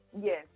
Yes